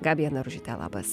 gabija narušyte labas